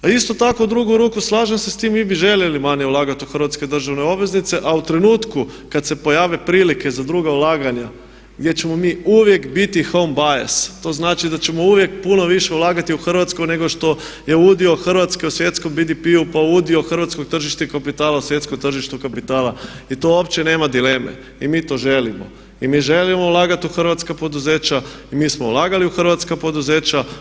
A isto tako u drugu ruku slažem se tim, mi bi željeli vani ulagati u hrvatske državne obveznice ali u trenutku kad se pojave prilike za druga ulaganje gdje ćemo mi uvijek biti hom … to znači da ćemo uvijek puno više ulagati u Hrvatsku nego što je udio Hrvatske u svjetskom BDP-u pa udio hrvatskog tržišta i kapitala u svjetskom tržištu kapitala i tu uopće nema dileme i mi to želimo i mi želimo ulagati u hrvatska poduzeća i mi smo ulagali u hrvatska poduzeća.